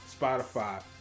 Spotify